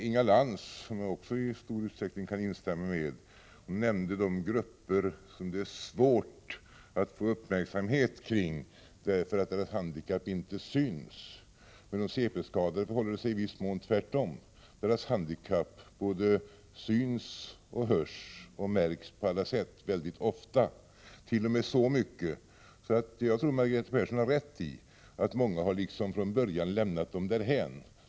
Inga Lantz, som jag också i stor utsträckning kan instämma med, nämnde de grupper som det är svårt att få uppmärksamhet kring, därför att deras handikapp inte syns. Med de cp-skadade förhåller det sig i viss mån tvärtom — deras handikapp både syns, hörs och märks på alla sätt mycket ofta, t.o.m. så mycket — och där tror jag att Margareta Persson har rätt — att många från början har lämnat dem därhän.